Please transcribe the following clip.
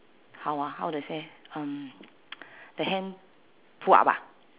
how ah how to say um the hand pull up ah